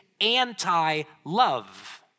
anti-love